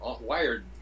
Wired